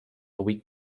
week